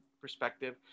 perspective